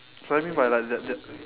so I mean by like the the